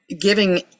giving